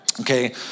okay